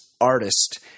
artist